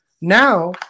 now